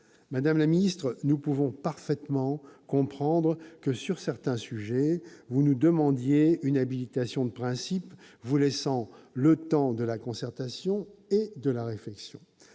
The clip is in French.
Madame la ministre, nous pouvons parfaitement comprendre que, sur certains sujets, vous nous demandiez une habilitation de principe, vous laissant le temps de la concertation et de la réflexion.